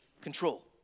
control